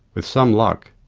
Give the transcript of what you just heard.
with some luck,